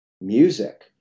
music